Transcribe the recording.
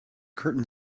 curtain